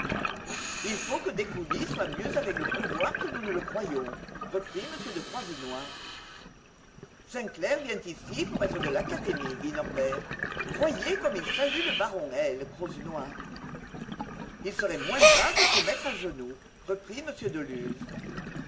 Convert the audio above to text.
il faut que descoulis soit mieux avec le pouvoir que nous ne le croyons reprit m de croisenois sainclair vient ici pour être de l'académie dit norbert voyez comme il salue le baron l croisenois il serait moins bas de se mettre à genoux reprit